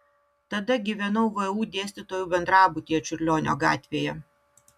tada gyvenau vu dėstytojų bendrabutyje čiurlionio gatvėje